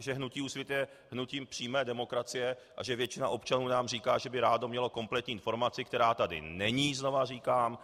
Že hnutí Úsvit je hnutím přímé demokracie a že většina občanů nám říká, že by měli rádi kompletní informaci, která tady není, znovu říkám.